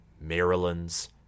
Maryland's